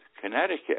Connecticut